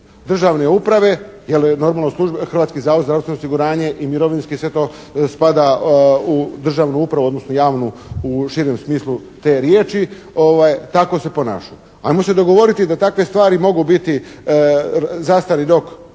državne uprave jer normalno Hrvatski zavod za zdravstveno osiguranje i Mirovinski, sve to spada u državnu upravu, odnosno javnu u širem smislu te riječi, tako se ponaša. Ajmo se dogovoriti da takve stvari mogu biti zastari rok